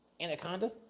Anaconda